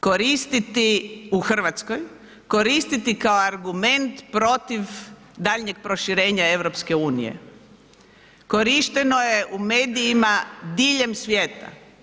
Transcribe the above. Koristiti u Hrvatskoj, koristiti kao argument protiv daljnjeg proširenja EU, korišteno je u medijima diljem svijeta.